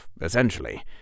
essentially